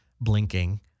blinking